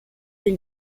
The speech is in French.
des